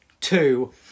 Two